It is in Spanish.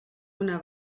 una